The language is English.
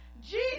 Jesus